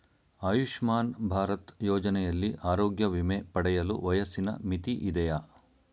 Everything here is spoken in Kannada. ಆಯುಷ್ಮಾನ್ ಭಾರತ್ ಯೋಜನೆಯಲ್ಲಿ ಆರೋಗ್ಯ ವಿಮೆ ಪಡೆಯಲು ವಯಸ್ಸಿನ ಮಿತಿ ಇದೆಯಾ?